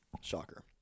shocker